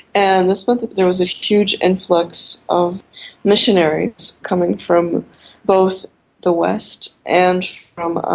and this meant that there was a huge influx of missionaries coming from both the west and from ah